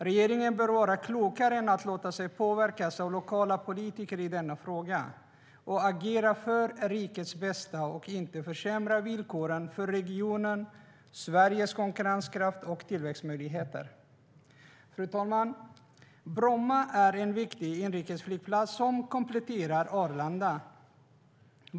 Regeringen bör vara klokare än att låta sig påverkas av lokala politiker i denna fråga och i stället agera för rikets bästa och inte försämra villkoren för regionen, Sveriges konkurrenskraft och tillväxtmöjligheter. Fru talman! Bromma är en viktig inrikesflygplats som kompletterar Arlanda.